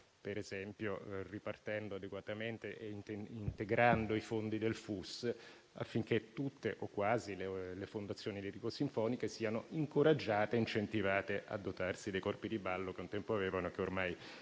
ad esempio ripartendo adeguatamente e integrando i fondi del FUS, affinché tutte o quasi le fondazioni lirico-sinfoniche siano incentivate a dotarsi dei corpi di ballo, che un tempo avevano e che ormai